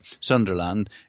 Sunderland